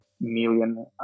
million